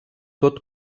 tot